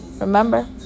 Remember